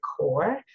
core